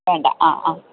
വേണ്ട അ അ